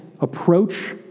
approach